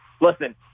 listen